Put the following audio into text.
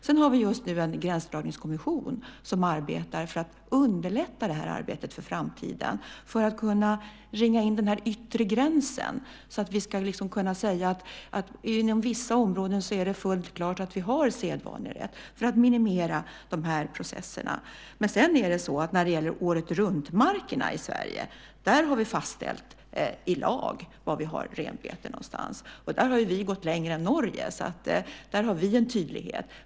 Sedan har vi just nu en gränsdragningskommission som arbetar för att underlätta det här arbetet för framtiden. Det handlar om att kunna ringa in den yttre gränsen så att vi ska kunna säga att det är fullt klart att vi har sedvanerätt inom vissa områden för att minimera de här processerna. Men när vi det gäller åretruntmarkerna i Sverige har vi fastställt i lag var vi har renbete någonstans. Där har vi gått längre än Norge. Där har vi en tydlighet.